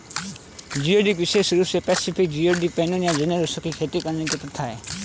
geoduck विशेष रूप से पैसिफिक जियोडक, पैनोपिया जेनेरोसा की खेती करने की प्रथा है